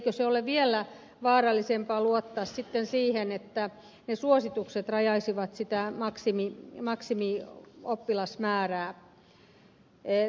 eikö ole vielä vaarallisempaa luottaa sitten siihen että ne suositukset rajaisivat sitä maksimioppilasmäärää